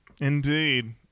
Indeed